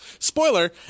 Spoiler